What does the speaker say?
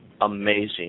amazing